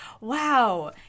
wow